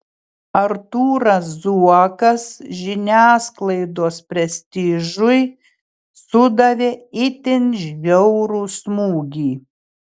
artūras zuokas žiniasklaidos prestižui sudavė itin žiaurų smūgį